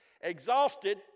Exhausted